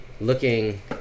looking